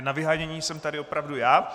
Na vyhánění jsem tady opravdu já.